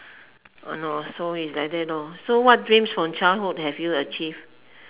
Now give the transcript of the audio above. !hannor! so like that lor so what dreams from childhood have you achieved